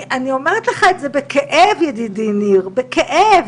אני אומרת לך את זה בכאב , ידידי ניר, בכאב.